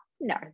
No